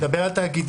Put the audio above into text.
אני מדבר על תאגידים,